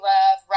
Love